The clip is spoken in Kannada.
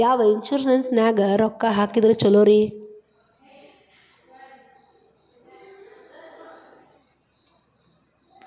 ಯಾವ ಇನ್ಶೂರೆನ್ಸ್ ದಾಗ ರೊಕ್ಕ ಹಾಕಿದ್ರ ಛಲೋರಿ?